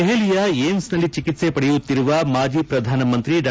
ದೆಹಲಿಯ ಏಮ್ಸ್ನಲ್ಲಿ ಚಿಕಿತ್ಸೆ ಪಡೆಯುತ್ತಿರುವ ಮಾಜಿ ಪ್ರಧಾನಮಂತ್ರಿ ಡಾ